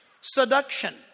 seduction